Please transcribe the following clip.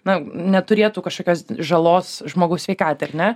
na neturėtų kažkokios žalos žmogaus sveikatai ar ne